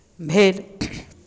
भेल